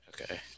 Okay